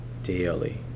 Daily